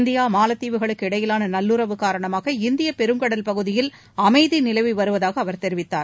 இந்திய மாலத்தீவுகளுக்கு இடையிலான நல்லுறவு காரணமாக இந்திய பெருங்கடல் பகுதியில் அமைதி நிலவி வருவதாக அவர் தெரிவித்தார்